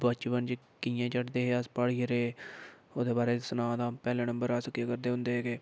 बचपन च कि'यां चढ़दे हे अस प्हाड़ी एरिया पर ओह्दे बारै च सनांऽ तां पैह्ले नंबर अस केह् करदे होंदे हे कि